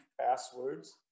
passwords